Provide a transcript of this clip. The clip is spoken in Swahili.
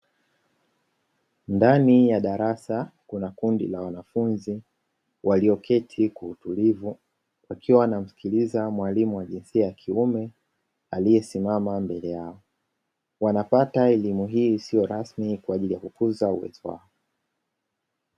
Ndani ya darasa kuna kundi la wanafunzi walioketi kwa utulivu wakiwa wanamsikiliza mwalimu wa jinsia ya kiume aliyesimama mbele yao wanapata elimu hii sio rasmi kwa ajili ya kukuza uwezo wao.